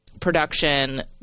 production